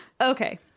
Okay